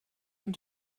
ond